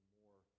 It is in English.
more